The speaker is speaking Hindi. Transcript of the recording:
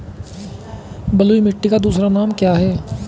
बलुई मिट्टी का दूसरा नाम क्या है?